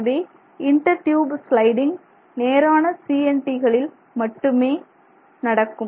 எனவே inter tube sliding நேரான CNT களில் மட்டுமே நடக்கும்